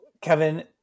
Kevin